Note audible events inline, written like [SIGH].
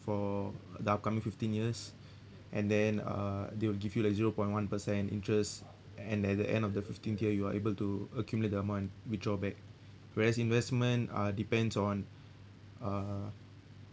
for the upcoming fifteen years [BREATH] and then uh they will give you like zero point one percent interest and at the end of the fifteenth year you are able to accumulate the amount and withdraw back whereas investment are depends on uh